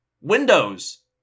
Windows